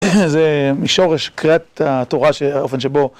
זה משורש קריאת התורה באופן שבו.